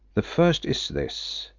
the first is this.